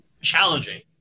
challenging